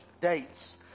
dates